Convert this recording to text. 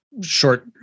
short